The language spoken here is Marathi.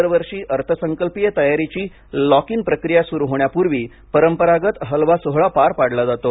दरवर्षी अर्थसंकल्पीय तयारीची लॉक इन प्रक्रिया स्रू होण्यापूर्वी परंपरागत हलवा सोहळा पार पाडला जातो